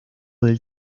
del